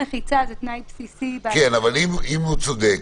אם הוא צודק,